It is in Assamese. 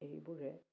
এইবোৰে